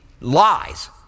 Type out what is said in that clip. lies